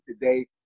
today